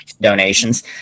donations